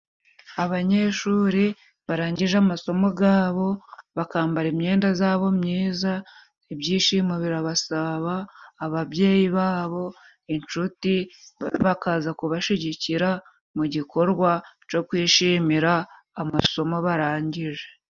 Abanyeshuri barangije amasomo gabo bakambara imyenda zabo myiza, ibyishimo birabasaba. Ababyeyi babo, inshuti bakaza kubashyigikira mu gikorwa co kwishimira amasomo barangije.